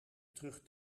terug